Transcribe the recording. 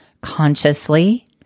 consciously